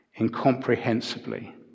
incomprehensibly